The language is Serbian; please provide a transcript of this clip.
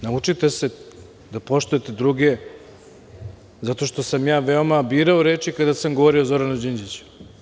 Naučite se da poštujete druge, zato što sam veoma birao reči kada sam govorio o Zoranu Đinđiću.